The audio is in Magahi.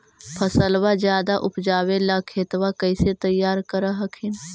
फसलबा ज्यादा उपजाबे ला खेतबा कैसे तैयार कर हखिन?